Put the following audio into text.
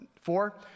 Four